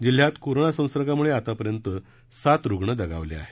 जिल्ह्यात कोरोना संसर्गामुळे आता पर्यंत सात रूग्ण आता दगावले आहेत